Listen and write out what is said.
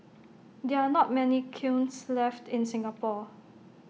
there are not many kilns left in Singapore